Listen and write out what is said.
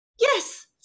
yes